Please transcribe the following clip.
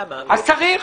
אז צריך.